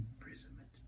imprisonment